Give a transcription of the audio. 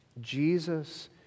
Jesus